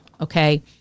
okay